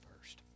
first